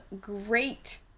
great